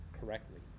correctly